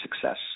success